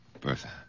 Bertha